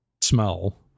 smell